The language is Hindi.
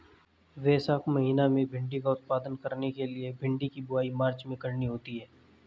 वैशाख महीना में भिण्डी का उत्पादन करने के लिए भिंडी की बुवाई मार्च में करनी होती है